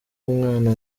umwana